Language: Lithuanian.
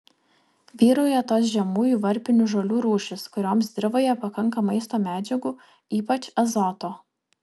vyrauja tos žemųjų varpinių žolių rūšys kurioms dirvoje pakanka maisto medžiagų ypač azoto